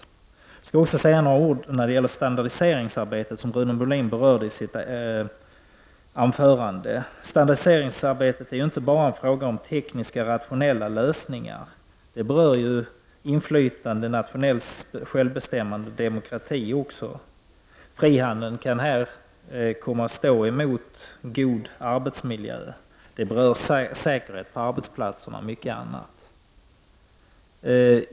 Jag skall också säga några ord när det gäller standardiseringsarbetet, som Rune Molin berörde i sitt anförande. Standardiseringsarbetet är ju inte bara en fråga om tekniska, rationella lösningar. Det berör också inflytande, nationellt självbestämmande och demokrati. Frihandeln kan här komma att stå emot god arbetsmiljö. Det berör vidare säkerhet på arbetsplatserna och mycket annat.